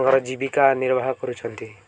ତାଙ୍କର ଜୀବିକା ନିର୍ବାହ କରୁଛନ୍ତି